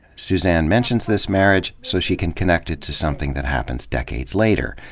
suzanne mentions this marriage so she can connect it to something that happens decades later.